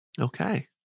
okay